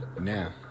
Now